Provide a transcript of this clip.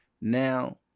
Now